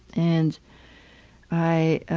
and i